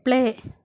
play